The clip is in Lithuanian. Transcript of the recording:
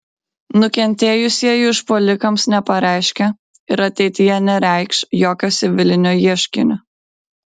nukentėjusieji užpuolikams nepareiškė ir ateityje nereikš jokio civilinio ieškinio